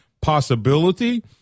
possibility